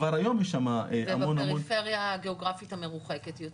כבר היום יש שם המון המון --- ובפריפריה הגיאוגרפית המרוחקת יותר?